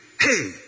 Hey